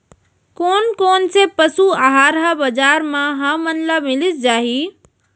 कोन कोन से पसु आहार ह बजार म हमन ल मिलिस जाही?